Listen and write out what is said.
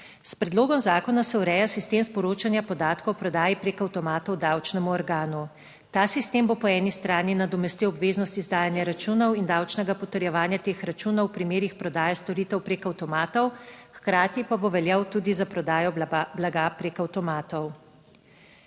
S predlogom zakona se ureja sistem sporočanja podatkov o prodaji preko avtomatov davčnemu organu. Ta sistem bo po eni strani nadomestil obveznost izdajanja računov **33. TRAK (VI) 14.40** (Nadaljevanje) in davčnega potrjevanja teh računov v primerih prodaje storitev preko avtomatov, hkrati pa bo veljal tudi za prodajo blaga preko avtomatov.